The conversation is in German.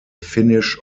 finnisch